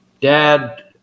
dad